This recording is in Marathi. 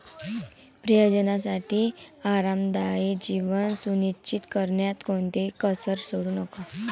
प्रियजनांसाठी आरामदायी जीवन सुनिश्चित करण्यात कोणतीही कसर सोडू नका